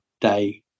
day